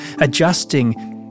adjusting